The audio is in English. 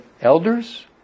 elders